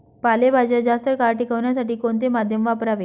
पालेभाज्या जास्त काळ टिकवण्यासाठी कोणते माध्यम वापरावे?